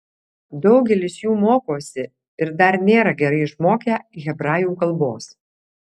daugelis jų mokosi ir dar nėra gerai išmokę hebrajų kalbos